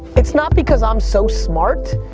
it's not because i'm so smart,